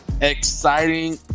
exciting